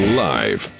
live